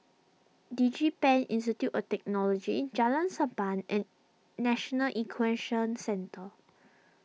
DigiPen Institute of Technology Jalan Sappan and National Equestrian Centre